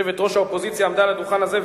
יושבת-ראש האופוזיציה עמדה על הדוכן הזה,